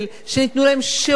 שניתנו להם שירותים,